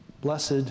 blessed